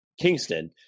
Kingston